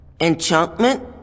enchantment